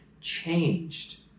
changed